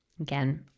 Again